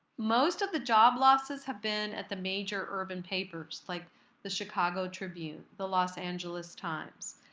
most of the job losses have been at the major urban papers like the chicago tribune, the los angeles times.